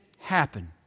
happen